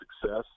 success